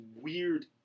weird